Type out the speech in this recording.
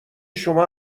شما